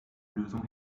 lösung